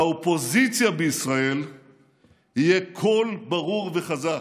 לאופוזיציה בישראל יהיה קול ברור וחזק.